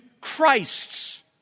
Christ's